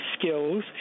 skills